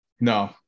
no